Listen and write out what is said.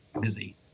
busy